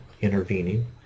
intervening